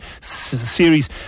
series